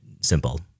simple